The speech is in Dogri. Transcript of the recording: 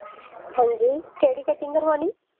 हां जी केह्ड़ी कटिंग करवानी